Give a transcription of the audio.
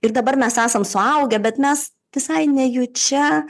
ir dabar mes esam suaugę bet mes visai nejučia